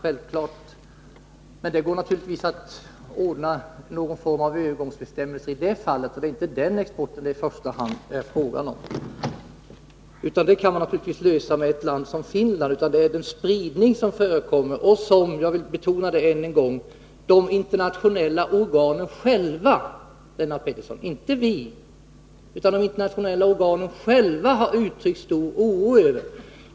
Det går naturligtvis att ordna något slags övergångsbestämmelser i det fallet. Men det är inte exporten till Finland som det i första hand är fråga om. Jag vill än en gång betona att problemet gäller den spridning som förekommer och som de internationella organen — inte vi, Lennart Pettersson — har uttryckt stor oro över.